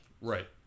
Right